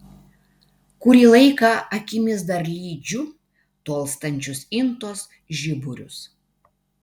kurį laiką akimis dar lydžiu tolstančius intos žiburius